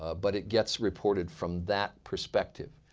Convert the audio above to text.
but it gets reported from that perspective.